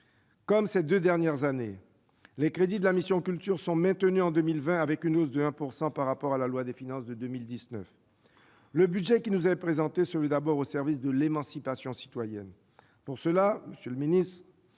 Comme ces deux dernières années, les crédits de la mission « Culture » sont maintenus en 2020, avec une hausse de 1 % par rapport à la loi de finances pour 2019. Le budget qui nous est présenté se veut d'abord au service de l'émancipation citoyenne. Pour cela, vous engagez,